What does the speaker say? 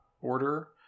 order